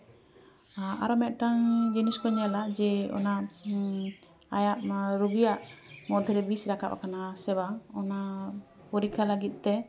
ᱟᱨ ᱢᱤᱫᱴᱟᱝ ᱡᱤᱱᱤᱥ ᱠᱚ ᱧᱮᱞᱟ ᱡᱮ ᱚᱱᱟ ᱟᱭᱟᱜ ᱚᱱᱟ ᱨᱩᱜᱤᱭᱟᱜ ᱢᱟᱫᱽᱫᱷᱮ ᱨᱮ ᱵᱤᱥ ᱨᱟᱠᱟᱵ ᱟᱠᱟᱱᱟ ᱥᱮ ᱵᱟᱝ ᱚᱱᱟ ᱯᱚᱨᱤᱠᱠᱷᱟ ᱞᱟᱹᱜᱤᱫ ᱛᱮ